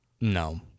No